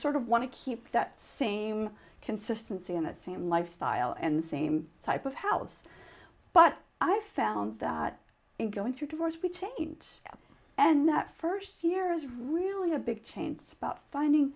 sort of want to keep that same consistency and the same lifestyle and same type of house but i found that going through divorce would change and that first year is really a big change spot finding